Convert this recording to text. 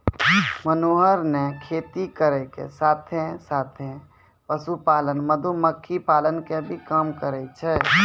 मनोहर नॅ खेती करै के साथॅ साथॅ, पशुपालन, मधुमक्खी पालन के भी काम करै छै